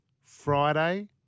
Friday